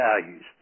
values